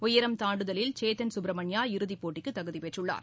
உயரம் தாண்டுதலில் சேத்தன் சுப்ரமணியா இறுதிப் போட்டிக்கு தகுதி பெற்றுள்ளார்